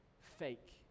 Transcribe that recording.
fake